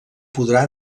podrà